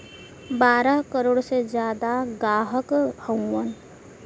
बारह करोड़ से जादा ग्राहक हउवन